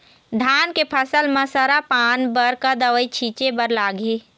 धान के फसल म सरा पान बर का दवई छीचे बर लागिही?